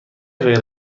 غیر